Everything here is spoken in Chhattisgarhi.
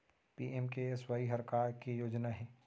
पी.एम.के.एस.वाई हर का के योजना हे?